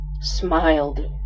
smiled